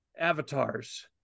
avatars